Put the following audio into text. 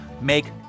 make